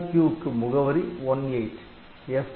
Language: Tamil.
IRQ க்கு முகவரி '18'